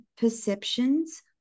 perceptions